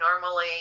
normally